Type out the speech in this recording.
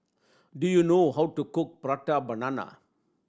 do you know how to cook Prata Banana